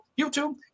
YouTube